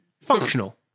Functional